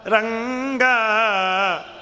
Ranga